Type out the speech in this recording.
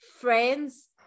friends